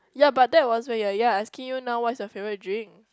ya but that was when you were young I asking you now what is your favourite drink